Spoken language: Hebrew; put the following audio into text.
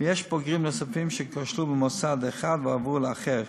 יש בוגרים נוספים שכשלו במוסד אחד ועברו לאחר,